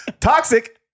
Toxic